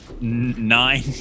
Nine